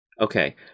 Okay